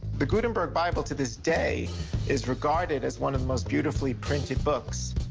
the gutenberg bible to this day is regarded as one of the most beautifully printed books.